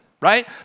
right